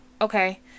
okay